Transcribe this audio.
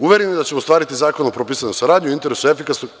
Uvereni da ćemo ostvariti zakonom propisanu saradnju u interesu efikasnog…